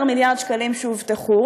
18 מיליארד שקלים הובטחו,